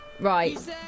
Right